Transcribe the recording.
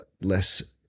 less